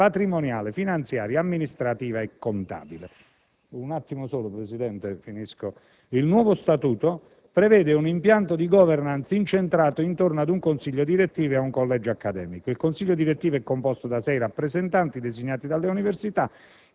patrimoniale, finanziaria, amministrativa e contabile». Il nuovo statuto prevede un impianto di *governance* incentrato attorno a un consiglio direttivo e a un collegio accademico. Il consiglio direttivo è composto da sei rappresentanti designati dalle università